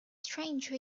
stranger